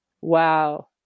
wow